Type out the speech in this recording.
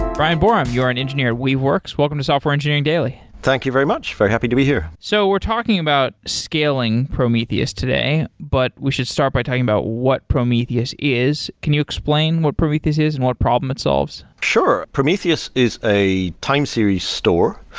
bryan boreham, you are an engineer at weaveworks. welcome to software engineering daily thank you very much. very happy to be here. so we're talking about scaling prometheus today, but we should start by talking about what prometheus is. can you explain what prometheus is and what problem it solves? sure. prometheus is a time series store.